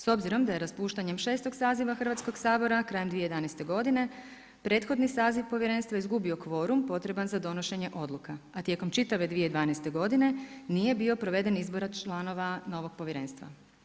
S obzirom da je raspuštanjem 6. saziva Hrvatskog sabora krajem 2011. godine prethodni saziv Povjerenstva izgubio kvorum potreban za donošenje odluka, a tijekom čitave 2012. godine nije bio proveden izbor članova novog Povjerenstva.